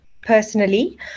personally